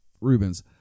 Rubens